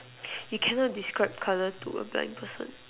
you cannot describe colour to a blind person